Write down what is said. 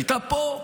הייתה פה.